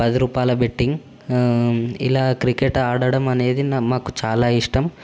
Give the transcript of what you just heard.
పది రూపాయల బెట్టింగ్ ఇలా క్రికెట్ ఆడడం అనేది నమ్మకు చాలా ఇష్టం